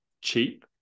Cheap